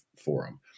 forum